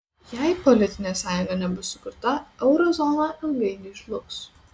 jei politinė sąjunga nebus sukurta euro zona ilgainiui žlugs